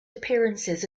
appearances